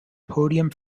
podium